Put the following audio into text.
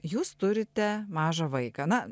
jūs turite mažą vaiką na